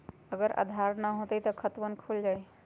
अगर आधार न होई त खातवन खुल जाई?